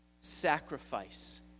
sacrifice